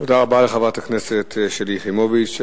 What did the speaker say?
תודה רבה לחברת הכנסת שלי יחימוביץ.